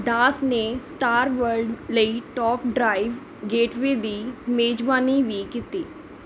ਦਾਸ ਨੇ Star World ਲਈ Top Drive Gateway ਦੀ ਮੇਜਬਾਨੀ ਵੀ ਕੀਤੀ